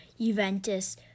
Juventus